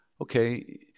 Okay